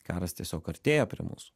karas tiesiog artėja prie mūsų